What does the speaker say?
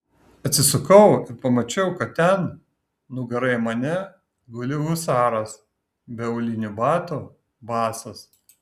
atsisukau ir pamačiau kad ten nugara į mane guli husaras be aulinių batų basas